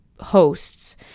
hosts